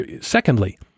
Secondly